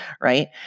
right